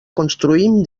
construïm